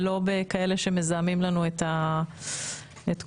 ולא בכאלה שמזהמים לנו את כל